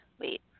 wait